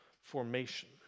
formation